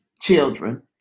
children